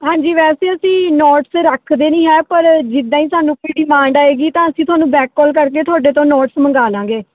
ਹਾਂਜੀ ਵੈਸੇ ਅਸੀਂ ਨੋਟਸ ਰੱਖਦੇ ਨਹੀਂ ਹੈ ਪਰ ਜਿੱਦਾਂ ਹੀ ਸਾਨੂੰ ਕੋਈ ਡਿਮਾਂਡ ਆਵੇਗੀ ਤਾਂ ਅਸੀਂ ਤੁਹਾਨੂੰ ਬੈਕ ਕਾਲ ਕਰਕੇ ਤੁਹਾਡੇ ਤੋਂ ਨੋਟਸ ਮੰਗਵਾ ਲਵਾਂਗੇ